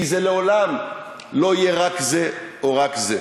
כי זה לעולם לא יהיה רק זה או רק זה.